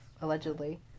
allegedly